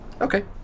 Okay